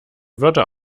wörter